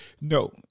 no